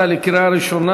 חינוך או עובד שירות),